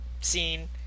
scene